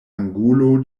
angulo